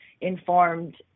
informed